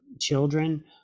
children